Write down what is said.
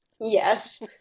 Yes